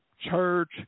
church